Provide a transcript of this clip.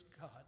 God